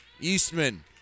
Eastman